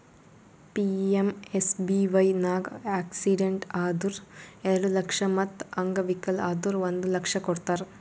PMSBY ನಾಗ್ accident ಆದುರ್ ಎರಡು ಲಕ್ಷ ಮತ್ ಅಂಗವಿಕಲ ಆದುರ್ ಒಂದ್ ಲಕ್ಷ ಕೊಡ್ತಾರ್